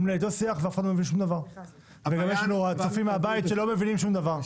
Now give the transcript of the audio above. אתה מנהל איתו שיח ואף אחד לא מבין שום דבר.